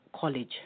college